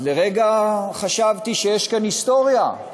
אז לרגע חשבתי שיש כאן היסטוריה: